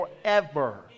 forever